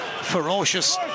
Ferocious